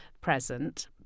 present